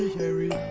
harry